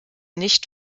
nicht